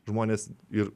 žmonės ir